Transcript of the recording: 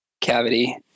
cavity